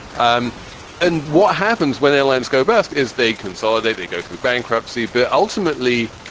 um and what happens when airlines go bust is they consolidate, they go through bankruptcy. but ultimately,